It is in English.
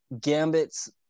Gambit's